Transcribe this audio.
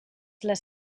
les